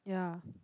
yeah